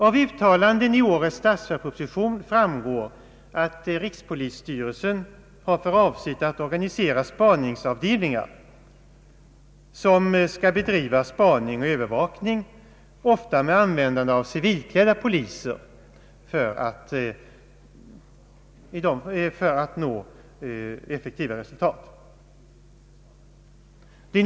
Av uttalanden i årets statsverkspropo: sition framgår att rikspolisstyrelsen har för avsikt att organisera spaningsavdelningar som skall bedriva spaning och övervakning, ofta med användande av civilklädda poliser för att nå effektiva resultat.